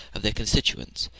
of their constituents.